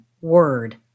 word